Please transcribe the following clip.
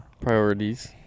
Priorities